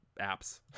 apps